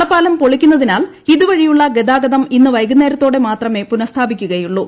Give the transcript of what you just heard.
നടപ്പാലം പൊളിക്കുന്നതിനാൽ ഇതുവഴിയുള്ള ഗതാഗതം ഇന്ന് വൈകുന്നേരത്തോടെ മാത്രമെ പുനസ്ഥാപിക്കുകയുള്ളു